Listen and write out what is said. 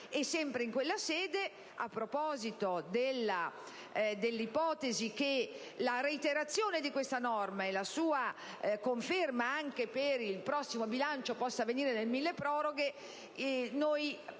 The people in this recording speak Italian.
discussione alla Camera. A proposito dell'ipotesi che la reiterazione di questa norma e la sua conferma anche per il prossimo bilancio possa avvenire nel milleproroghe, noi la pensiamo